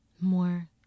more